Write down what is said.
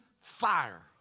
fire